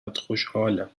خوشحالم